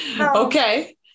Okay